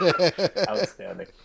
Outstanding